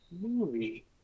movie